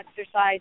exercise